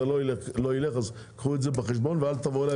קחו את זה בחשבון ואל תבואו אליי